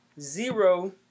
zero